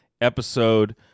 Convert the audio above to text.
episode